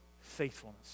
faithfulness